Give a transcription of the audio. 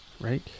Right